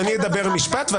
שאני אדבר משפט,